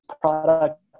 product